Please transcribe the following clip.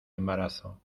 embarazo